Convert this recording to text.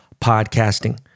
podcasting